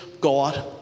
God